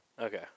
Okay